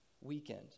weekend